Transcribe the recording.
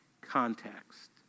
context